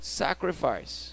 sacrifice